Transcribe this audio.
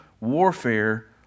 warfare